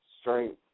strength